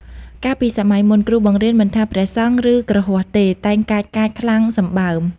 កាលពីសម័យមុន គ្រូបង្រៀនមិនថា ព្រះសង្ឃ ឬគ្រហស្ថទេ តែងកាចៗខ្លាំងសម្បើម ។